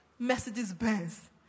Mercedes-Benz